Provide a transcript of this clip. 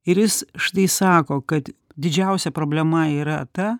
ir jis štai sako kad didžiausia problema yra ta